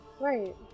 right